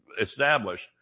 established